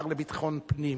השר לביטחון פנים,